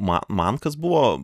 ma man kas buvo